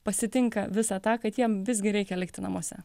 pasitinka visa tą kad jiem visgi reikia likti namuose